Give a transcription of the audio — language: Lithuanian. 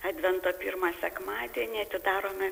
advento pirmą sekmadienį atidarome